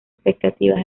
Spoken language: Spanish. expectativas